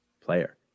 player